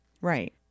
Right